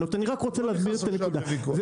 לא נכנס עכשיו לוויכוח.